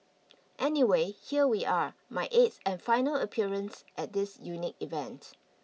anyway here we are my eighth and final appearance at this unique event